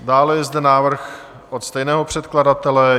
Dále je zde návrh od stejného předkladatele.